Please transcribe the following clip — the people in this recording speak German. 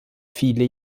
viele